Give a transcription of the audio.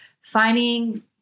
finding